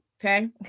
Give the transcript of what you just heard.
Okay